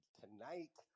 tonight